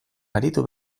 aritu